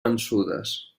vençudes